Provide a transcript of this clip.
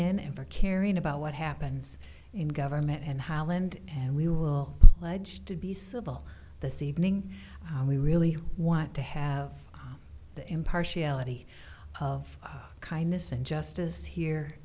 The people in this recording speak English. in ever caring about what happens in government and holland and we will pledge to be civil to see evening we really want to have the impartiality of kindness and justice here